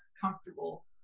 comfortable